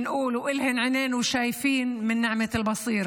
אולם הוא פיצה אתכם בדבר אחר,